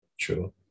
true